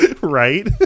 right